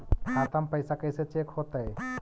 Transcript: खाता में पैसा कैसे चेक हो तै?